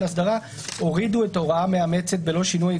אסדרה הורידו את הוראה מאמצת בלא שינוי,